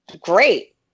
great